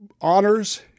honors